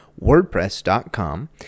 wordpress.com